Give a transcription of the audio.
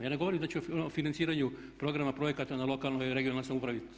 Ja ne govorim da će o financiranju programa projekata na lokalnoj i regionalnoj samoupravi.